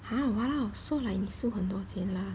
!huh! !walao! so like 你输很多钱 liao lah